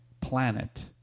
planet